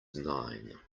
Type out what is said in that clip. nine